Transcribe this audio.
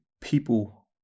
people